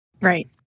Right